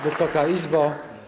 Wysoka Izbo!